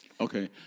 Okay